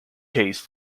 case